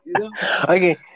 Okay